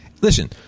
Listen